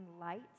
light